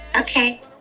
okay